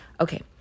okay